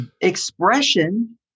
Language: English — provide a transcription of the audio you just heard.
expression